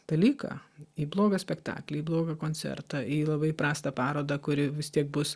dalyką į blogą spektaklį į blogą koncertą į labai prastą parodą kuri vis tiek bus